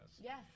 Yes